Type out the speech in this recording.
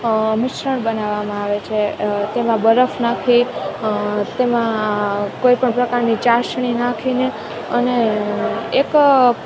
મિશ્રણ બનાવામાં આવે છે તેમાં બરફ નાંખી તેમાં કોઈપણ પ્રકારની ચાસણી નાખીને અને એક